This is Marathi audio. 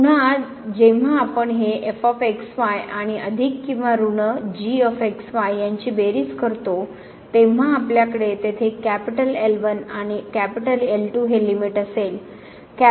पुन्हा जेव्हा आपण हे f x y आणि अधिक किंवा ऋण g x y यांची बेरीज करतो तेव्हा आपल्याकडे तेथे L1 आणि L2 हे लिमिट असेल